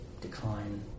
decline